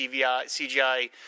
CGI